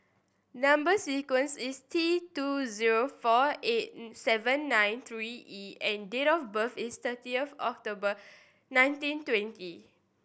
number sequence is T two zero four eight seven nine three E and date of birth is thirty of October nineteen twenty